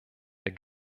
der